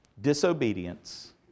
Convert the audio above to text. Disobedience